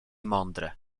mądre